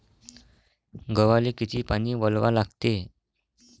गव्हाले किती पानी वलवा लागते?